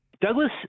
Douglas